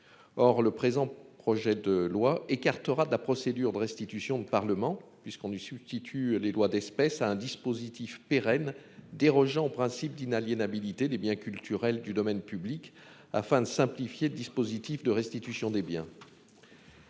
Or le présent projet de loi écartera de la procédure de restitution de Parlement puisqu'on lui substitue les lois d'espèces à un dispositif pérenne dérogeant au principe d'inaliénabilité des biens culturels du domaine public afin de simplifier le dispositif de restitution des biens.